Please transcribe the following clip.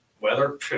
weather